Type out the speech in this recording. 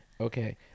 okay